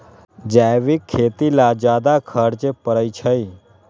जैविक खेती ला ज्यादा खर्च पड़छई?